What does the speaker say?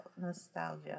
Nostalgia